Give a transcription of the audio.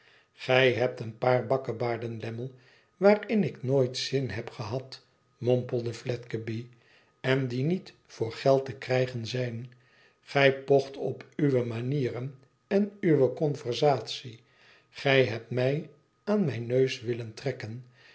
gij hebt een paar bakkebaarden lammie waarin ik nooit zin heb gehad mompelde fiedgeby en die niet voor geld te krijgen zijn gij pocht op uwe manieren en uwe conversatie gij hebt mij aan mijn neus willen trekken